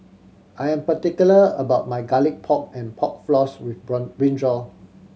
I am particular about my Garlic Pork and Pork Floss with brinjal